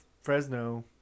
Fresno